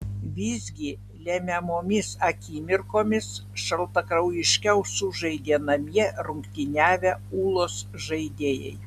visgi lemiamomis akimirkomis šaltakraujiškiau sužaidė namie rungtyniavę ūlos žaidėjai